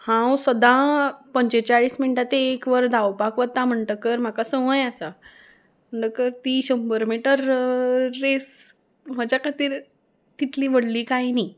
हांव सदां पंचेचाळीस मिनटां ते एक वर धांवपाक वता म्हणटकर म्हाका संवय आसा म्हणटकर ती शंबर मिटर रेस म्हज्या खातीर तितली व्हडली कांय न्ही